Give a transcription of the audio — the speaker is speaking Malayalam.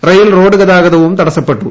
റെയിൽ റോഡ് ഗതാഗതവും തടസ്സപ്പെട്ടു